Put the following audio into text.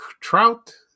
trout